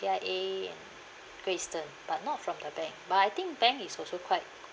A_I_A and great eastern but not from the bank but I think bank is also quite